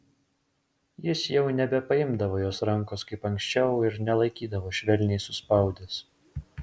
jis jau nebepaimdavo jos rankos kaip anksčiau ir nelaikydavo švelniai suspaudęs